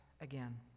again